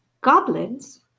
Goblins